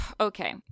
okay